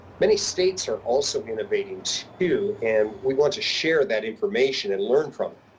many states are also innovating too, and we want to share that information and learn from